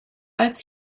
als